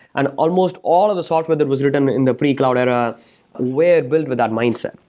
and almost all of the software that was written in the pre-cloud era were built with that mindset.